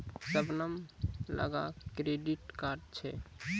शबनम लगां credit card छै